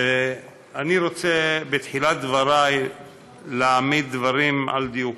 אני רוצה בתחילת דבריי להעמיד דברים על דיוקם: